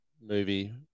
movie